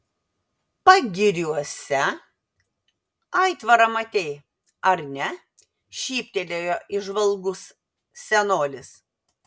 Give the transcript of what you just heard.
pagiriuose aitvarą matei ar ne šyptelėjo įžvalgus senolis